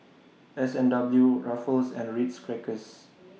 S and W Ruffles and Ritz Crackers